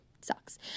sucks